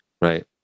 right